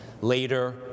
later